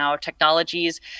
technologies